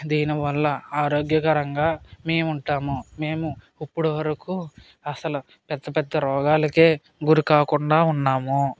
దీనివల్ల ఆరోగ్యకరంగా మేము ఉంటాము మేము ఇప్పుడు వరకు అసలు పెద్ద పెద్ద రోగాలకు గురి కాకుండా ఉన్నాము